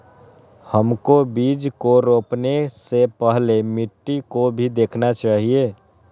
हमको बीज को रोपने से पहले मिट्टी को भी देखना चाहिए?